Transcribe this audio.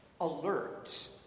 alert